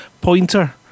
pointer